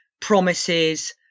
promises